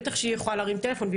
בטח שהיא יכולה להרים טלפון.